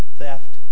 theft